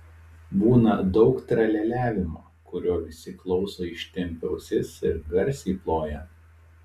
būna daug tralialiavimo kurio visi klauso ištempę ausis ir garsiai ploja